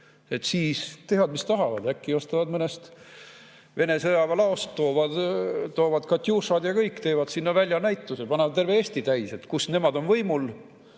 Siis teevad, mis tahavad. Äkki ostavad mõnest Vene sõjaväelaost, toovad katjuušad ja kõik? Teevad sinna väljanäituse, panevad terve Eesti täis, kus nemad on võimul